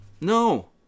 No